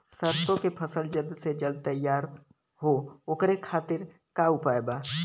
सरसो के फसल जल्द से जल्द तैयार हो ओकरे खातीर का उपाय बा?